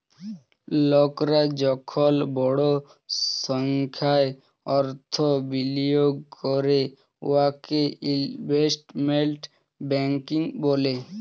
লকরা যখল বড় সংখ্যায় অথ্থ বিলিয়গ ক্যরে উয়াকে ইলভেস্টমেল্ট ব্যাংকিং ব্যলে